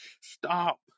Stop